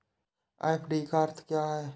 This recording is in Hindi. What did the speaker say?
एफ.डी का अर्थ क्या है?